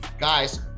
Guys